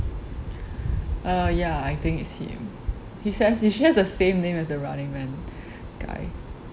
uh ya I think it's him he says he shares the same name as the running man guy